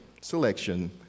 selection